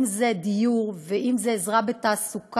אם זה דיור ואם זה עזרה בתעסוקה.